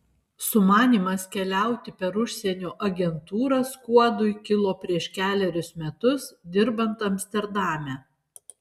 sumanymas keliauti per užsienio agentūrą skuodui kilo prieš kelerius metus dirbant amsterdame